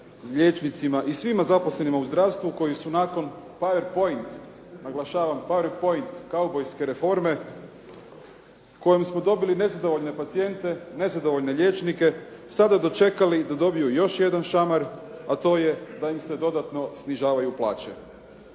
liječnicima i svima zaposlenima u zdravstvu koji su nakon powerpoint, naglašavam powerpoint kaubojske reforme kojom smo dobili nezadovoljne pacijente, nezadovoljne liječnike sada dočekali da dobiju još jedan šamar, a to je da im se dodatno snižavaju plaće.